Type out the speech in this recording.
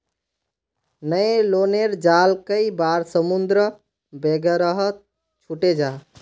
न्य्लोनेर जाल कई बार समुद्र वगैरहत छूटे जाह